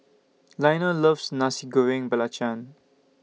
Leonel loves Nasi Goreng Belacan